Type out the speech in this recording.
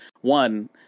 one